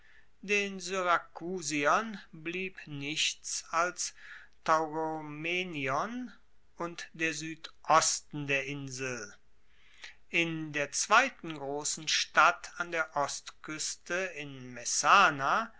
den syrakusiern blieb nichts als tauromenion und der suedosten der insel in der zweiten grossen stadt an der ostkueste in messana